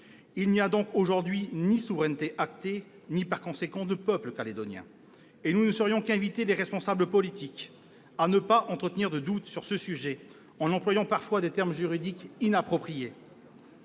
Il n'y a donc aujourd'hui ni souveraineté actée ni, par conséquent, peuple calédonien. Nous ne saurions qu'inviter les responsables politiques à ne pas entretenir de doute sur ce sujet en employant parfois des termes juridiques inappropriés.